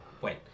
wait